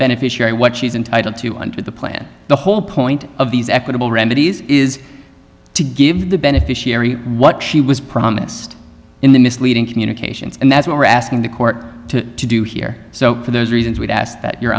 beneficiary what she's entitled to under the plan the whole point of these equitable remedies is to give the beneficiary what she was promised in the misleading communications and that's what we're asking the court to do here so for those reasons we've asked that you